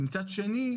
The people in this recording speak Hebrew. מצד שני,